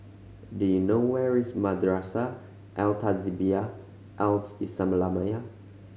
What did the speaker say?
do you know where is Madrasah Al Tahzibiah Al Islamiah